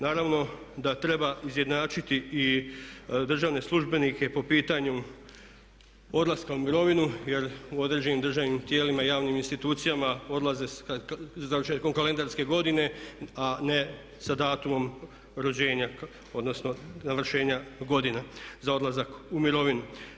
Naravno da treba izjednačiti i državne službenike po pitanju odlaska u mirovinu jer u određenim državnim tijelima, javnim institucijama odlaze sa završetkom kalendarske godine a ne sa datumom rođenja odnosno navršenja za odlazak u mirovinu.